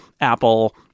Apple